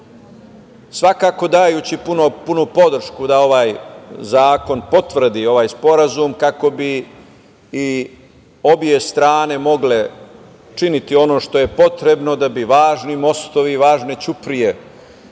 svakako dajući punu podršku da ovaj zakon potvrdi ovaj sporazum kako bi obe strane mogle činiti ono što je potrebno da bi važni mostovi, važne ćuprije,